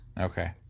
Okay